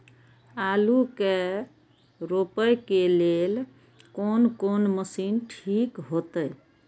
आलू के रोपे के लेल कोन कोन मशीन ठीक होते?